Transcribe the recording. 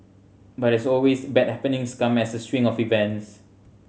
but as always bad happenings come as a string of events